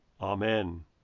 Amen